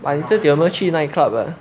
but 你自己有没有去 nightclub 的